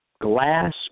glass